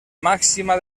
màxima